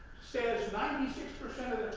says ninety six percent of